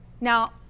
Now